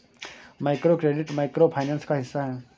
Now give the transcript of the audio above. microcredit micro finance का हिस्सा है